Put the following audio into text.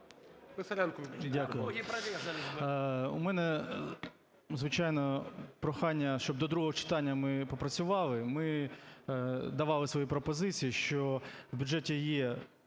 В.В. Дякую. В мене, звичайно, прохання, щоб до другого читання ми попрацювали. Ми давали свої пропозиції, що в бюджеті є